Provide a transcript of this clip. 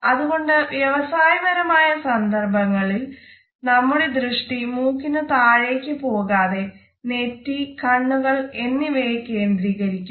അതുകൊണ്ട് വ്യവസായപരമയ സന്ദർഭങ്ങളിൽ നമ്മുടെ ദൃഷ്ടി മൂക്കിനു താഴേക്ക് പോകാതെ നെറ്റി കണ്ണുകൾ എന്നിവയിൽ കേന്ദ്രീകരിക്കുക